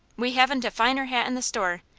we haven't a finer hat in the store,